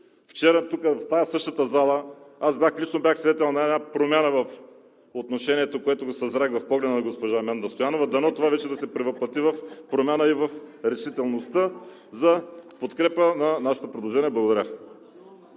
Вчера тук, в тази същата зала, аз лично бях свидетел на промяна в отношението, което съзрях в погледа на госпожа Менда Стоянова – дано това вече да се превъплъти и в промяна, и в решителността за подкрепа на нашето предложение. Благодаря.